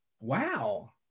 wow